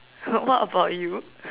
so what about you